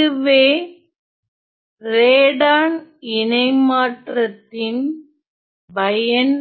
இதுவே ரேடான் இணைமாற்றத்தின் பயன்